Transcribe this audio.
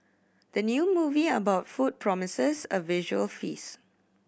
the new movie about food promises a visual feast